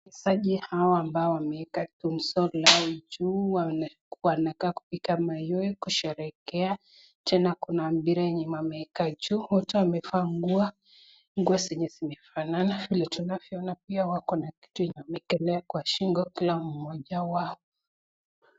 Waungaji hao ambao wameeka gumzo yao juu, wanakaa kupiga mayowe kusherehekea, tena kuna mpira wameeka juu, mtu amevaa nguo, nguo zenye zimefanana, vile tunavyoona pia kuna kitu wameekelea kwa shingo kila mmoja wao.